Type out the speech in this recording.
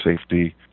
safety